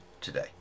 today